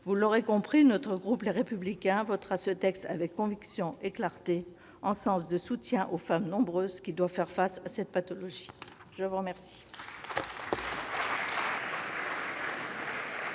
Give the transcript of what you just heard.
Vous l'aurez compris, notre groupe Les Républicains votera ce texte avec conviction et clarté, afin de soutenir les nombreuses femmes qui doivent faire face à cette pathologie ! Personne ne